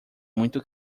muito